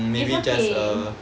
it's okay